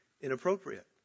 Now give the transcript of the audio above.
inappropriate